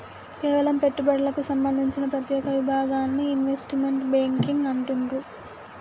కేవలం పెట్టుబడులకు సంబంధించిన ప్రత్యేక విభాగాన్ని ఇన్వెస్ట్మెంట్ బ్యేంకింగ్ అంటుండ్రు